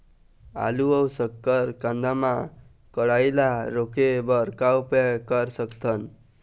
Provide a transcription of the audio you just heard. आलू अऊ शक्कर कांदा मा कढ़ाई ला रोके बर का उपाय कर सकथन?